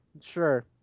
sure